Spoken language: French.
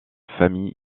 famille